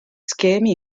schemi